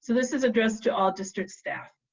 this is addressed to all district staff.